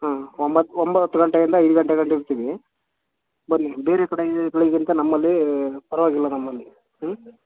ಹಾಂ ಒಂಬತ್ತು ಒಂಬತ್ತು ಗಂಟೆಯಿಂದ ಐದು ಗಂಟೆಗಂಟ ಇರ್ತೀವಿ ಬನ್ನಿ ಬೇರೆ ಕಡೆಗಳಿಗಿಂತ ನಮ್ಮಲ್ಲಿ ಪರವಾಗಿಲ್ಲ ನಮ್ಮಲ್ಲಿ ಹ್ಞೂ